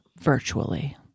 virtually